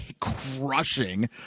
crushing